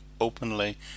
openly